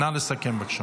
נא לסכם, בבקשה.